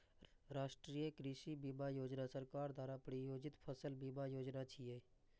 राष्ट्रीय कृषि बीमा योजना सरकार द्वारा प्रायोजित फसल बीमा योजना छियै